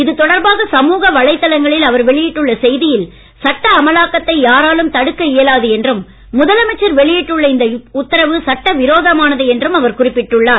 இதுதொடர்பாக சமூக வளைதலங்களில் அவர் வெளியிட்டுள்ள செய்தியில் சட்ட அமலாக்கத்தை யாராலும் தடுக்க இயலாது என்றும் முதலமைச்சர் வெளியிட்டுள்ள இந்த உத்தரவு சட்டவிரோதமானது என்றும் குறிப்பிட்டுள்ளார்